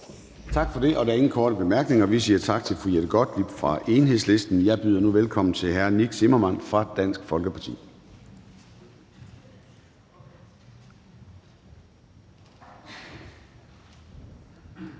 Tak for det. Der er ingen korte bemærkninger. Vi siger tak til fru Jette Gottlieb fra Enhedslisten. Jeg byder nu velkommen til hr. Nick Zimmermann fra Dansk Folkeparti. Kl.